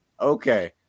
Okay